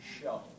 show